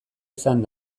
izan